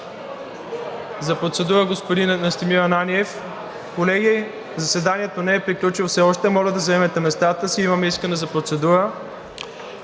За процедура – господин Настимир Ананиев. (Оживление.) Колеги, заседанието не е приключило все още. Моля да заемете местата си. Имаме искане за процедура.